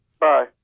Bye